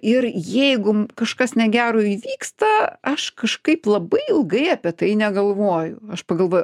ir jeigu kažkas negero įvyksta aš kažkaip labai ilgai apie tai negalvoju aš pagalvoju